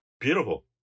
beautiful